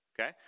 okay